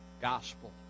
gospel